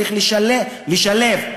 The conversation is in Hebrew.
צריך לשלב.